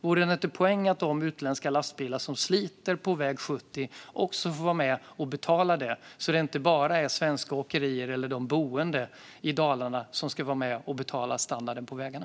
Vore det inte en poäng att de utländska lastbilar som sliter på väg 70 också får vara med och betala för det, så att det inte bara är svenska åkerier eller de boende i Dalarna som är med och betalar för standarden på vägarna?